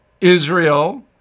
Israel